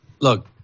look